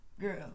Girl